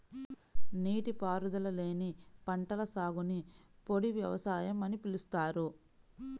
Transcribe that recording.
నీటిపారుదల లేని పంటల సాగుని పొడి వ్యవసాయం అని పిలుస్తారు